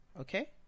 Okay